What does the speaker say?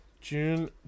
June